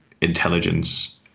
intelligence